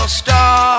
star